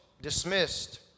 dismissed